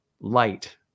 light